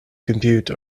compute